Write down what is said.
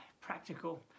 practical